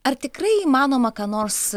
ar tikrai įmanoma ką nors